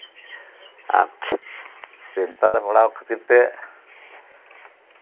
ᱟᱪᱪᱷᱟ ᱪᱤᱱᱛᱟ ᱨᱮ ᱯᱟᱲᱟᱣ ᱠᱷᱟᱹᱛᱤᱨ ᱛᱮ